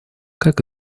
как